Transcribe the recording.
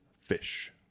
Fish